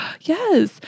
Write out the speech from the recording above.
yes